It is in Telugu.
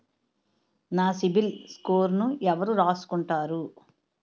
నా సిబిల్ స్కోరును ఎవరు రాసుకుంటారు